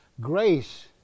Grace